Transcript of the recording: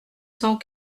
cent